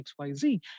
XYZ